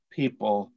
people